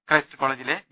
Christ കോളജിലെ V